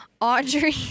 Audrey